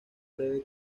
breve